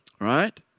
Right